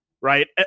right